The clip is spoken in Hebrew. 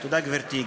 תודה, גברתי.